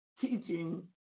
teaching